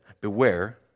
Beware